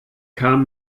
kam